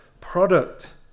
product